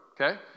Okay